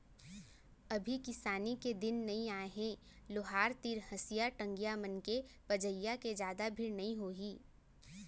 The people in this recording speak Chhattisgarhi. अभी किसानी के दिन नइ आय हे लोहार तीर हँसिया, टंगिया मन के पजइया के जादा भीड़ नइ होही